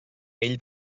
ell